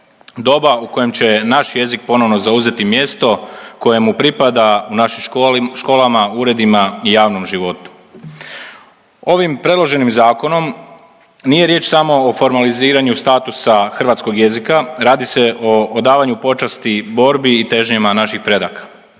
doba u kojem će naš jezik ponovno zauzeti mjesto koje mu pripada u našim školama, uredima i javnom životu. Ovim predloženim zakonom nije riječ samo o formaliziranju statusa hrvatskog jezika, radi se o odavanju počasti, borbi i težnjama naših predaka.